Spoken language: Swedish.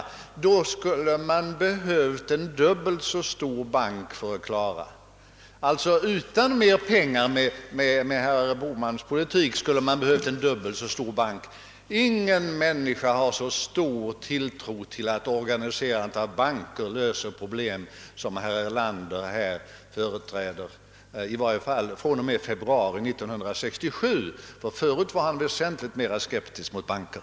Man skulle då ha behövt en dubbelt så stor bank för att klara problemen. Ingen människa har så stark tilltro till att organiserandet av banker löser problem som herr Erlander tycks ha; i varje fall om man räknar från och med februari 1967. Tidigare var han väsentligt mera skeptisk mot banker.